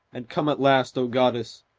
and come at last, o goddess,